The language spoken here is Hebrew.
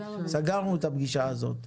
סגרנו את הפגישה הזאת.